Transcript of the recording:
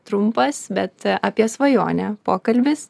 trumpas bet apie svajonę pokalbis